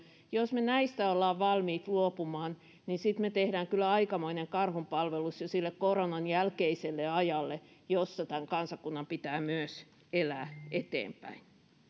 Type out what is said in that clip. jos me näistä olemme valmiit luopumaan niin sitten me teemme kyllä aikamoisen karhunpalveluksen jo sille koronan jälkeiselle ajalle jossa tämän kansakunnan pitää myös elää eteenpäin